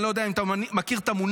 אני לא יודע אם אתה מכיר את המונח,